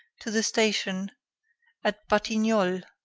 to the station at batignolles,